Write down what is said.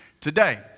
today